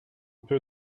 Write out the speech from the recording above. peu